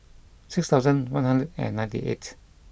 six thousand one hundred and ninety eight